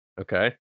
Okay